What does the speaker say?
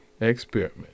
experiment